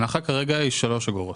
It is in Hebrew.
ההנחה כרגע היא שלוש אגורות.